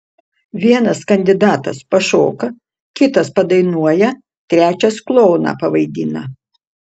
vienas kandidatas pašoka kitas padainuoja trečias klouną pavaidina